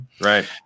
Right